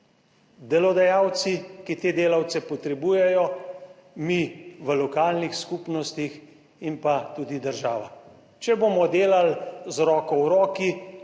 delodajalci, ki te delavce potrebujejo. Mi v lokalnih skupnostih in pa tudi država. Če bomo delali z roko v roki,